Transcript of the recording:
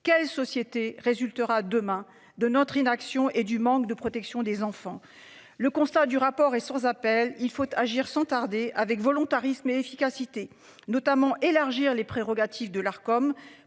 Quelle société résultera demain de notre inaction et du manque de protection des enfants. Le constat du rapport est sans appel, il faut agir sans tarder avec volontarisme et efficacité notamment élargir les prérogatives de l'Arcom